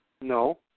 No